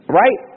right